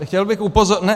Chtěl bych upozornit...